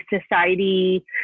society